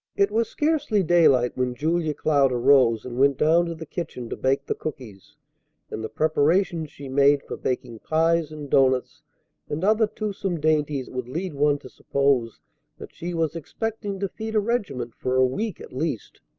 it was scarcely daylight when julia cloud arose and went down to the kitchen to bake the cookies and the preparations she made for baking pies and doughnuts and other toothsome dainties would lead one to suppose that she was expecting to feed a regiment for a week at least.